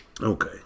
Okay